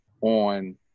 on